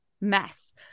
mess